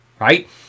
right